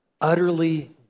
utterly